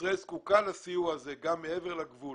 ישראל זקוקה לסיוע הזה גם מעבר לגבול